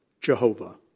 Jehovah